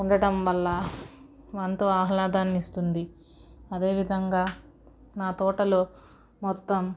ఉండటం వల్ల ఎంతో ఆహ్లాదాన్ని ఇస్తుంది అదేవిధంగా నా తోటలో మొత్తం